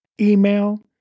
email